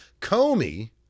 Comey